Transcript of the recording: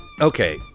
okay